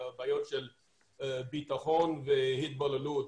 בעיות של ביטחון והתבוללות.